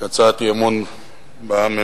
את הצעת האי-אמון בממשלה.